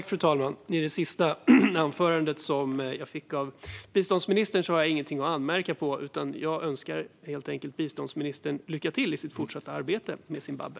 Fru talman! I det sista svaret jag fick av biståndsministern har jag inget att anmärka på, utan jag önskar helt enkelt biståndsministern lycka till i hans fortsatta arbete med Zimbabwe.